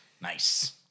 Nice